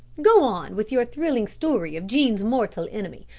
go on with your thrilling story of jean's mortal enemy.